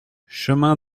chemin